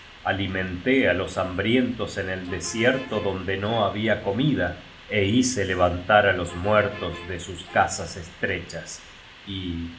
alimenté á los hambrientos en el desierto donde no había comida é hice levantar á tos muertos de sus casas estrechas y á